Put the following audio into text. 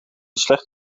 slecht